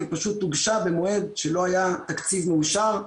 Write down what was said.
היא פשוט הוגשה במועד שלא היה תקציב מאושר.